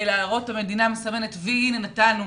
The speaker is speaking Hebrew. שהמדינה מראה שהיא נותנת.